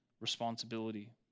responsibility